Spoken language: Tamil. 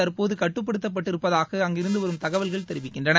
தற்போது கட்டுப்படுத்தப்பட்டிருப்பதாக அங்கிருந்து வரும் தகவல்கள் தெரிவிக்கின்றன